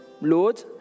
Lord